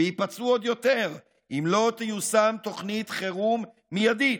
וייפצעו עוד יותר אם לא תיושם תוכנית חירום מיידית.